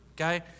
okay